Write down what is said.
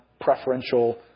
preferential